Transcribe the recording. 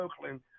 Oakland